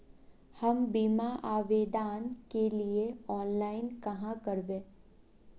हम बीमा आवेदान के लिए ऑनलाइन कहाँ करबे?